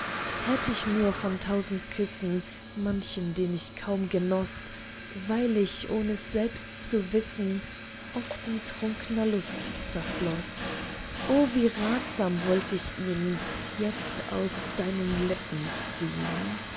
hätt ich nur von tausend küssen manchen den ich kaum genoß weil ich ohn es selbst zu wissen oft in trunkner lust zerfloß o wie ratsam wollt ich ihn jetzt aus deinen lippen ziehn